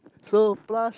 so plus